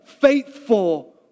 faithful